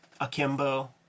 Akimbo